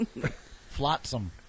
Flotsam